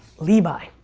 levi.